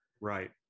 Right